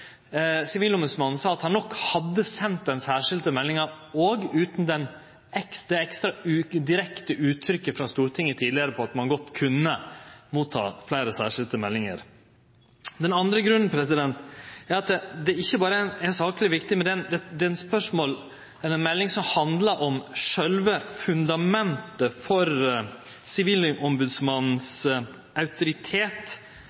Sivilombodsmannen sa, at han nok hadde sendt den særskilte meldinga òg utan det direkte ønsket frå Stortinget om at ein godt kunne ta imot fleire særskilte meldingar. Den andre grunnen er at ikkje berre er sakene i meldinga viktige, men det er ei melding som handlar om sjølve fundamentet for